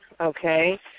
Okay